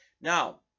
now